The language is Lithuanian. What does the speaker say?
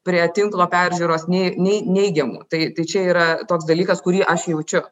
prie tinklo peržiūros nei nei neigiamų tai tai čia yra toks dalykas kurį aš jaučiu